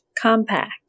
compact